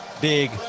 big